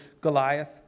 Goliath